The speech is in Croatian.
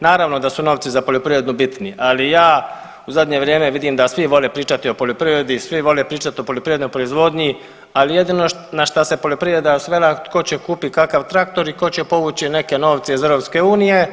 Naravno da su novci za poljoprivredu bitni, ali ja u zadnje vrijeme vidim da svi vole pričati o poljoprivredi, svi vole pričati o poljoprivrednoj proizvodnji, ali jedino na što se poljoprivreda svela tko će kupiti kakav traktor i tko će povući neke novce iz EU.